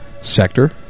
sector